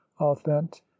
authent